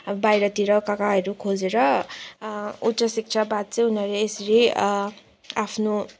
अब बाहिरतिर कहाँ कहाँहरू खोजेर उच्च शिक्षा बाद चाहिँ उनीहरू यसरी आफ्नो